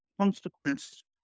consequence